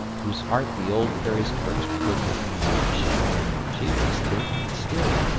whose heart the old fairy's curse could not reach she was daylight still,